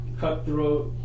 cutthroat